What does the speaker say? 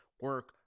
Work